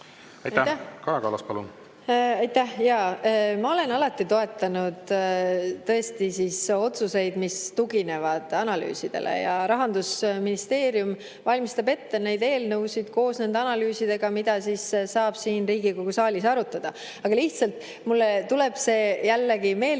Aitäh! Jaa, ma olen alati toetanud otsuseid, mis tuginevad analüüsidele, ja Rahandusministeerium valmistab ette neid eelnõusid koos analüüsidega, mida saab siin Riigikogu saalis arutada. Aga lihtsalt mulle tuleb jällegi meelde